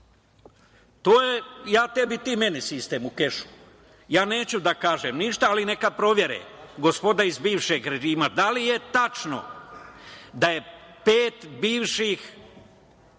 To je ja tebi, ti meni sistem u kešu. Neću da kažem ništa, ali neka provere gospoda iz bivšeg režima da li je tačno da je pet bivših